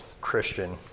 Christian